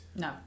No